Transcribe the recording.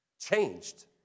changed